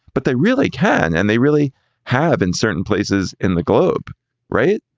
but they really can. and they really have in certain places in the globe right.